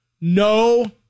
no